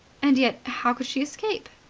and yet how could she escape?